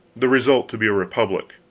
the result to be a republic.